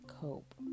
cope